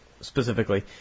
specifically